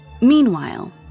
Meanwhile